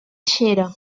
xera